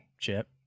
Chip